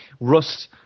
Rust